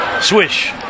Swish